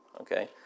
Okay